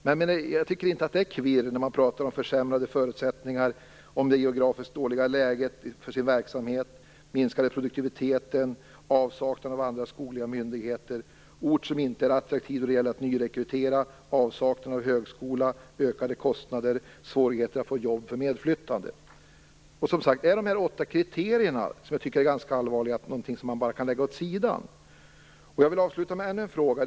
Men jag tycker inte att det är kvirr när man talar om försämrade förutsättningar, det geografiskt dåliga läget för sin verksamhet, minskad produktivitet, avsaknad av andra skogliga myndigheter, en ort som inte är attraktiv när det gäller att nyrekrytera, avsaknaden av en högskola, ökade kostnader och svårigheter att få jobb för medflyttande. Dessa åtta kriterier tycker jag att det är allvarligt att man bara kan lägga åt sidan. Jag vill avsluta med ännu en fråga.